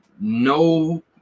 no